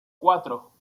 cuatro